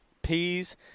peas